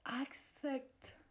accept